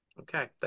Okay